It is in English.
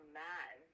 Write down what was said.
man